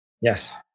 yes